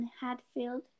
hadfield